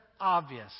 obvious